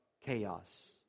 chaos